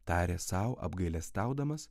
tarė sau apgailestaudamas